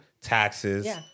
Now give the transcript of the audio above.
Taxes